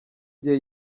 gihe